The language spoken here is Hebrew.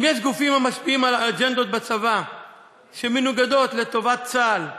אם יש גופים המשפיעים על אג'נדות בצבא שמנוגדות לטובת צה"ל,